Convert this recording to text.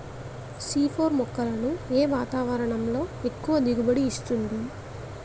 C four మొక్కలను ఏ వాతావరణంలో ఎక్కువ దిగుబడి ఇస్తుంది?